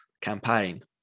campaign